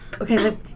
Okay